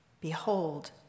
Behold